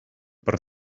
per